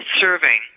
serving